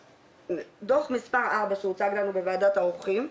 דו"ח מספר 4 שהוצג לנו בוועדת העורכים,